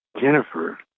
Jennifer